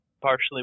partially